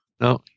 No